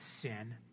sin